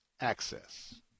access